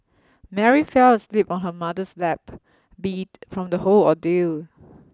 Mary fell asleep on her mother's lap beat from the whole ordeal